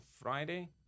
Friday